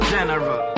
General